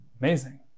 Amazing